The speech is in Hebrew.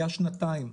היה שנתיים,